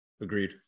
Agreed